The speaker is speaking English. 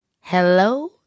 hello